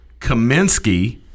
Kaminsky